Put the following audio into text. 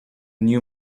new